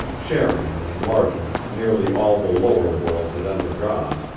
sharing in the enlargement nearly all the lower world had undergone,